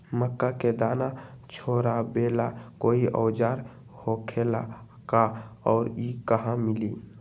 मक्का के दाना छोराबेला कोई औजार होखेला का और इ कहा मिली?